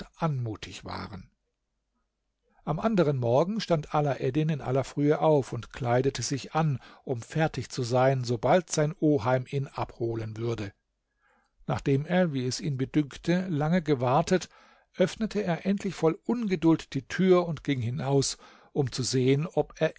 anmutig waren am anderen morgen stand alaeddin in aller frühe auf und kleidete sich an um fertig zu sein sobald sein oheim ihn abholen würde nachdem er wie es ihn bedünkte lange gewartet öffnete er endlich voll ungeduld die tür und ging hinaus um zu sehen ob er